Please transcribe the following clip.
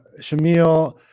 Shamil